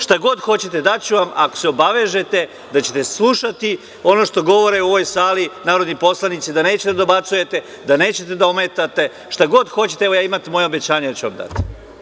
Šta god hoćete, daću vam ako se obavežete da ćete slušati ono što govore u ovoj sali narodni poslanici, da nećete da dobacujete, da nećete da ometate šta god hoćete, evo imate moje obećanje ja ću vam dati.